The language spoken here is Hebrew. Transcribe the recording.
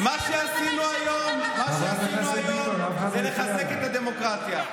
מה שעשינו היום זה לחזק את הדמוקרטיה.